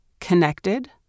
connected